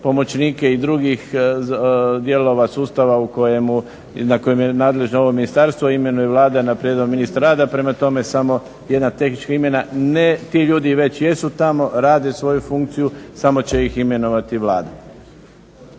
pomoćnika i drugih dijelova sustava na kojem je nadležno ovo ministarstvo imenuje Vlada na prijedlog ministra rada, prema tome, samo jedna tehnička izmjena. Ti ljudi već jesu tamo, rade svoju funkciju, samo će ih imenovati Vlada.